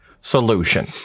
solution